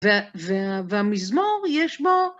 והמזמור יש בו